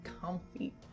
comfy